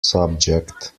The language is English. subject